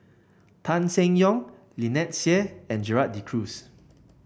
Tan Seng Yong Lynnette Seah and Gerald De Cruz